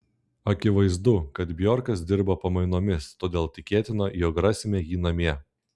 akivaizdu kad bjorkas dirba pamainomis todėl tikėtina jog rasime jį namie